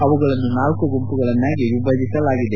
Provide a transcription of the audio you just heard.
ಅವುಗಳನ್ನು ನಾಲ್ಕು ಗುಂಪುಗಳನ್ನಾಗಿ ವಿಭಜಿಸಲಾಗಿದೆ